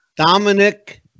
Dominic